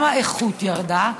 האיכות ירדה,